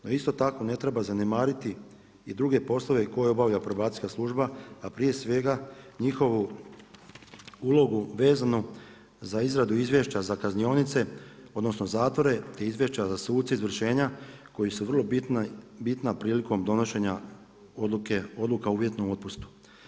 No isto tako ne treba zanemariti i druge poslove koje obavlja Probacijska služba, a prije svega njihovu ulogu vezanu za izradu izvješća za kaznionice odnosno zatvore te izvješća za suce izvršenja koji su vrlo bitna prilikom donošenja odluka o uvjetnom otpustu.